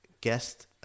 guest